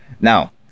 Now